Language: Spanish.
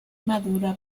madura